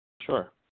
Sure